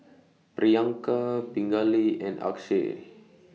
Priyanka Pingali and Akshay